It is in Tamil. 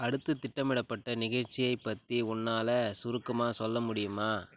அடுத்து திட்டமிடப்பட்ட நிகழ்ச்சியை பற்றி உன்னால் சுருக்கமாக சொல்ல முடியுமா